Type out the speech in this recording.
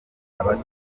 abato